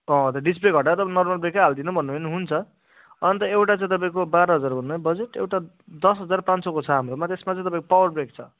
अँ त्यो डिस्प्ले हटाएर तपाईँ नर्मल ब्रेकै हालिदिनु भन्नुभयो नि हुन्छ अन्त एउटा चाहिँ तपाईँको बाह्र हजार भन्नुभयो बजट एउटामा दस हजार पाँच सौको छ हाम्रो त्यसमा चाहिँ तपाईँको पावर ब्रेक छ